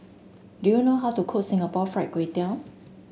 do you know how to cook Singapore Fried Kway Tiao